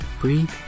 Breathe